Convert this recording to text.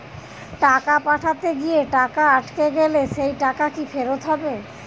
টাকা পাঠাতে গিয়ে টাকা আটকে গেলে সেই টাকা কি ফেরত হবে?